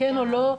כן או לא,